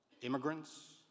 immigrants